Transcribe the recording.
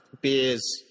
beers